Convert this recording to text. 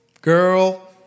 girl